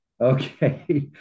Okay